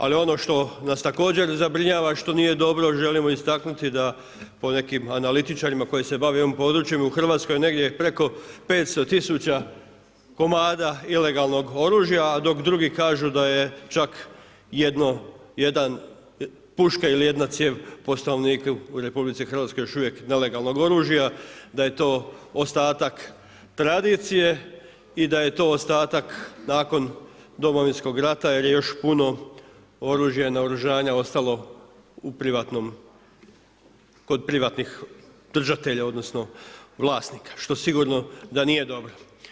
Ali ono što nas također zabrinjava i što nije dobro, želimo istaknuti da po nekim analitičarima koji se bave ovim područjem u Hrvatskoj je negdje preko 500 tisuća komada ilegalnog oružja, dok drugi kažu da je čak jedno jedna puška ili jedna cijev po stanovniku u Republici Hrvatskoj još uvijek nelegalnog oružja, da je to ostatak tradicije i da je to ostatak nakon Domovinskog rata jer je još puno oružja, naoružanja ostalo kod privatnih držatelja odnosno vlasnika što sigurno da nije dobro.